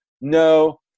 No